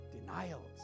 denials